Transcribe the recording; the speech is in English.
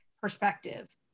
perspective